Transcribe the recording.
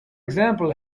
example